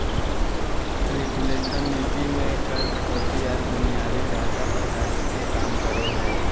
reflation नीति मे कर कटौती आर बुनियादी ढांचा पर खर्च के काम करो हय